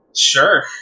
Sure